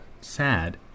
Sad